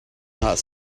not